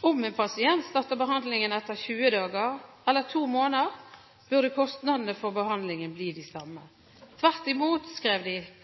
Om en pasient starter behandlingen etter 20 dager eller 2 måneder burde kostnadene for behandlingen bli de samme. Tvert imot